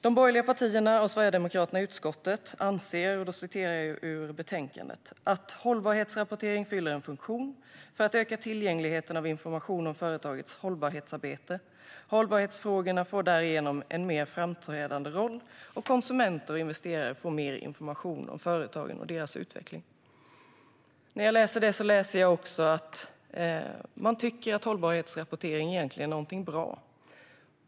De borgerliga partierna och Sverigedemokraterna i utskottet anser - nu citerar jag ur betänkandet - "att hållbarhetsrapportering fyller en funktion för att öka tillgängligheten till information om företagens hållbarhetsarbete. Hållbarhetsfrågorna får därigenom en mer framträdande roll och konsumenter och investerare får mer information om företagen och deras utveckling." När jag läser det läser jag också att man tycker att hållbarhetsrapportering egentligen är någonting bra.